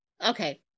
okay